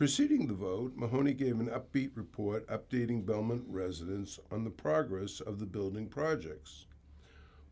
preceding the vote mahoney gave an upbeat report updating bellman residence on the progress of the building projects